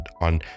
on